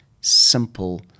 simple